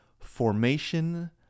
formation